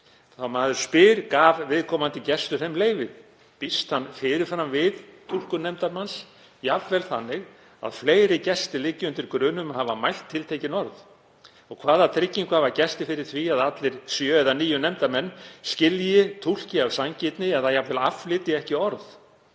Maður spyr: Gaf viðkomandi gestur þeim leyfi, býst hann fyrir fram við túlkun nefndarmanns, jafnvel þannig að fleiri gestir liggi undir grun um að hafa mælt tiltekin orð? Hvaða tryggingu hafa gestir fyrir því að allir sjö eða níu nefndarmenn skilji, túlki af sanngirni eða jafnvel afflytji ekki orð?